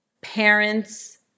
parents